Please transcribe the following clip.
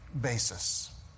basis